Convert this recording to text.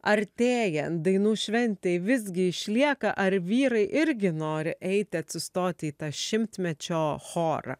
artėjant dainų šventei visgi išlieka ar vyrai irgi nori eiti atsistoti į tą šimtmečio chorą